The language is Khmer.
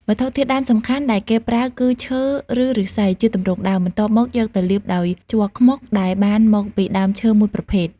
វត្ថុធាតុដើមសំខាន់ដែលគេប្រើគឺ ឈើ ឬឫស្សី ជាទម្រង់ដើម បន្ទាប់មកយកទៅលាបដោយ ជ័រខ្មុក ដែលបានមកពីដើមឈើមួយប្រភេទ។